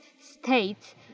states